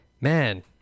man